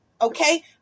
Okay